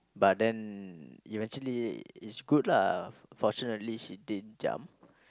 but then eventually it's good lah fortunately she didn't jump